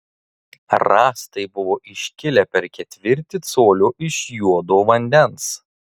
rąstai buvo iškilę per ketvirtį colio iš juodo vandens